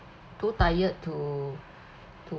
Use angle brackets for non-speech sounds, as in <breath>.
too tired to <breath> to